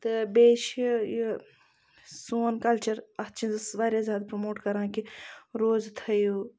تہٕ بیٚیہِ چھُ یہِ سون کَلچَر اَتھ چیٖزَس أسۍ واریاہ زیادٕ پرٛموٹ کَران کہِ روزٕ تھٲیِو